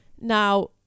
Now